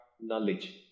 knowledge